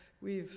we've